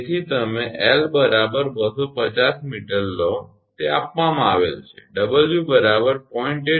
તેથી તમે 𝐿 250 𝑚 લો તે આપવામાં આવેલ છે 𝑊 0